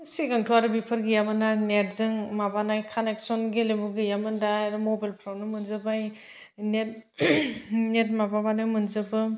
सिगांथ' आरो बेफोर गैयामोनना नेटजों माबानाय कानेकशन गेलेमु गैयामोन दा आरो मबेलफ्रावनो मोनजोब्बाय नेट नेट माबाबानो मोनजोबो